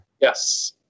Yes